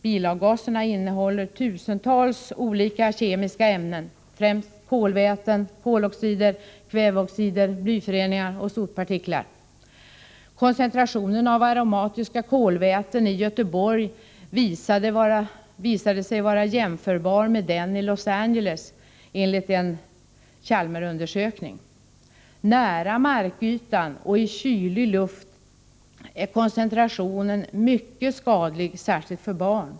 Bilavgaserna innehåller tusentals olika kemiska ämnen, främst kolväten, koloxider, kväveoxider, blyföreningar och sotpartiklar. Koncentrationen av aromatiska kolväten i Göteborg visade sig vara jämförbar med den i Los Angeles, enligt en Chalmersundersökning. Nära markytan och i kylig luft är koncentrationen mycket skadlig särskilt för barn.